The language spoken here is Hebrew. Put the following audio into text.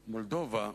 מולדובה,